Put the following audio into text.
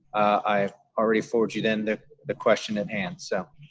i already forward you then the question at hand. so,